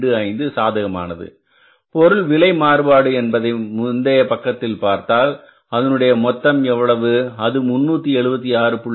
25 சாதகமானது பொருள் விலை மாறுபாடு எவ்வளவு என்பதை முந்தைய பக்கத்தில் பார்த்தால் அதனுடைய மொத்தம் எவ்வளவு அது 376